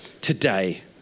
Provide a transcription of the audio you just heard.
today